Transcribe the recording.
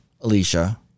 Alicia